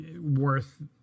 worth